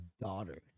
daughter